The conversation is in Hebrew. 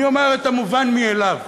אני אומר את המובן מאליו.